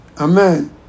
Amen